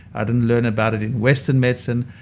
i didn't learn about it in western medicine.